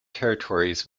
territories